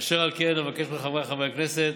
אשר על כן, אבקש מחבריי חברי הכנסת,